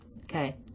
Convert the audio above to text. okay